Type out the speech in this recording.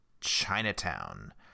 Chinatown